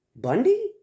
Bundy